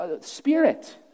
spirit